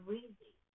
Weezy